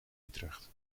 utrecht